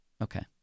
Okay